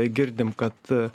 girdim kad